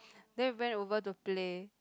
then we went over to play